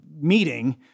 meeting